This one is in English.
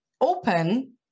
open